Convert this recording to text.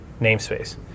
namespace